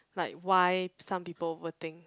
like why some people voting